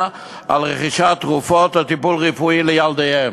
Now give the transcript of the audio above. על רכישת תרופות או טיפול רפואי לילדיהם.